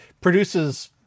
produces